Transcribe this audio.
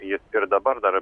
jis ir dabar dar